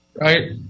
right